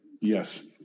yes